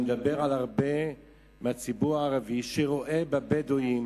אני מדבר על ה"חמאס" ואני מדבר על רבים מהציבור הערבי שרואים בבדואים,